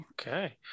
okay